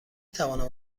توانم